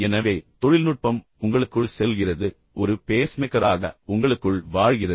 எனவே தொழில்நுட்பம் உங்களுக்குள் செல்கிறது ஒரு பேஸ்மேக்கராக உங்களுக்குள் வாழ்கிறது